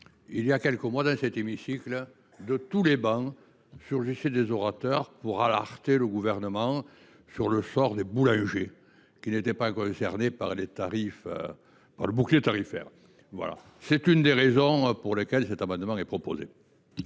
Il y a quelques mois, dans cet hémicycle, des orateurs siégeant sur toutes les travées alertaient le Gouvernement sur le sort des boulangers, qui n’étaient pas concernés par le bouclier tarifaire. C’est une des raisons pour lesquelles cet amendement est proposé.